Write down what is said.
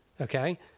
okay